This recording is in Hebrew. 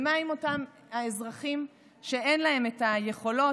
ומה עם אותם אזרחים שאין להם את היכולות,